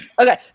Okay